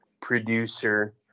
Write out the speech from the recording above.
producer